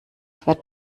quer